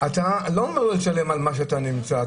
אתה לא אומר לו לשלם על השהות שלו בכלא,